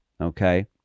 Okay